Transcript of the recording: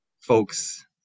folks